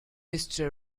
wooster